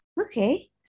Okay